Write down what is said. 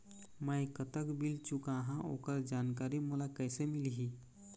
मैं कतक बिल चुकाहां ओकर जानकारी मोला कइसे मिलही?